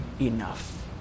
enough